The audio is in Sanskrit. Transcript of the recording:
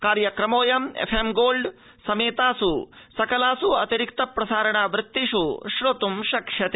कार्यक्रमोऽयम् एफएम् गोल्ड समेतासु सकलासु अतिरिक्त प्रसारणावृत्तिषु श्रोतु शक्ष्यते